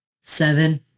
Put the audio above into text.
Seven